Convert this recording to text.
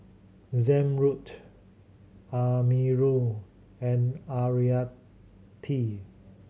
Zamrud Amirul and Haryati